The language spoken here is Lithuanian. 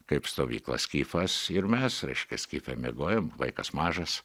kaip stovykla skifas ir mes reiškia skife miegojom vaikas mažas